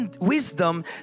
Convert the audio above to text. wisdom